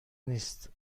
نیست